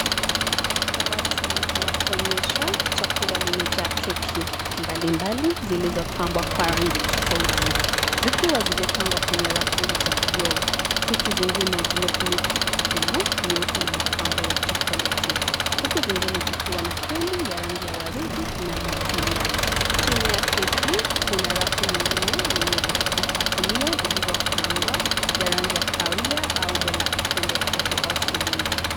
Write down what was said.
Kabati la kuonyesha, chakula limejaa keki, mbali mbali zilizopambwa kwa rangi tofauti, zikiwa zimepangwa kwenye rafu za kioo, keki zingine zimefunikwa kwa krimu nyeupe na mapambo ya chokoleti, huku zingine zikiwa na krimu ya rangi ya waridi na matunda, chini ya keki, kuna rafu nyingine yenye vitafunio vilivokaangwa, vya rangi ya kahawia au umbo la pembe tatu au cylinder .